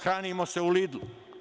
Hranimo se u „Lidl“